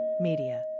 Media